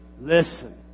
Listen